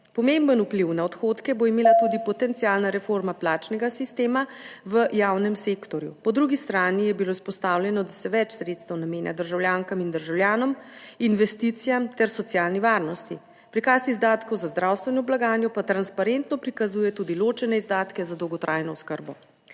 Pomemben vpliv na odhodke bo imela tudi potencialna reforma plačnega sistema v javnem sektorju. Po drugi strani je bilo izpostavljeno, da se več sredstev namenja državljankam in državljanom, investicijam ter socialni varnosti, prikaz izdatkov za zdravstveno blagajno pa transparentno prikazuje tudi ločene izdatke za dolgotrajno oskrbo.